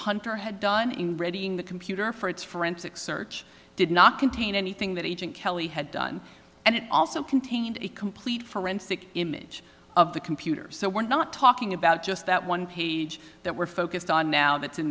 hunter had done in readying the computer for its forensic search did not contain anything that agent kelly had done and it also contained a complete forensic image of the computers so we're not talking about just that one page that we're focused on now that's in